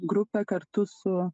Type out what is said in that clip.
grupė kartu su